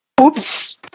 Oops